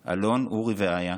אלון, אורי ואיה,